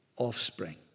Offspring